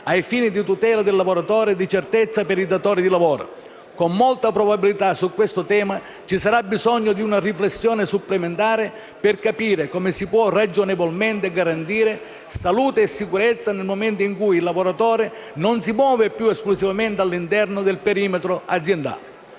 ai fini di tutela del lavoratore e di certezza per i datori di lavoro. Con molta probabilità, su questo tema ci sarà bisogno di una riflessione supplementare per capire come si possono ragionevolmente garantire salute e sicurezza nel momento in cui il lavoratore non si muove più esclusivamente all'interno del perimetro aziendale.